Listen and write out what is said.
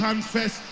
Confess